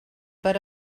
per